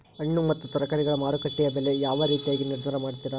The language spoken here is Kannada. ಹಣ್ಣು ಮತ್ತು ತರಕಾರಿಗಳ ಮಾರುಕಟ್ಟೆಯ ಬೆಲೆ ಯಾವ ರೇತಿಯಾಗಿ ನಿರ್ಧಾರ ಮಾಡ್ತಿರಾ?